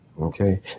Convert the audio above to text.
Okay